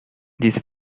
these